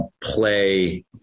play